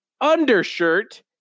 undershirt